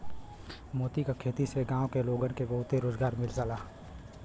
मोती क खेती से गांव के लोगन के बहुते रोजगार मिल जाला